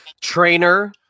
trainer